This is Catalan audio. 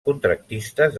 contractistes